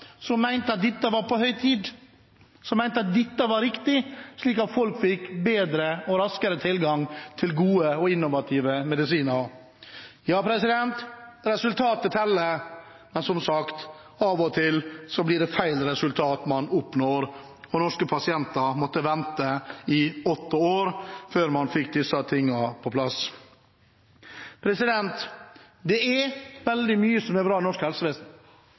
som mener at dette er på høy tid, som mener at dette er riktig, slik at folk får bedre og raskere tilgang til gode og innovative medisiner. Ja, resultatet teller, men – som sagt – av og til blir det resultatet man oppnår, feil. Norske pasienter måtte vente i åtte år før man fikk disse tingene på plass. Det er veldig mye som er bra i norsk helsevesen,